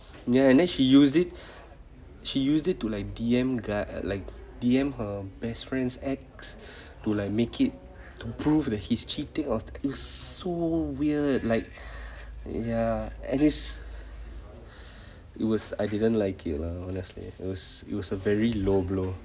ya and then she used it she used it to like D_M guy like D_M her best friend's ex to like make it to prove that he's cheating of it's so weird like ya and it's it was I didn't like it lah honestly it was it was a very low blow